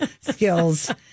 skills